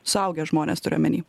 suaugę žmonės turiu omeny